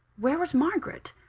where was margaret?